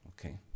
Okay